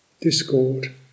discord